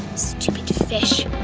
stupid fish.